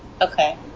Okay